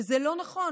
וזה לא נכון,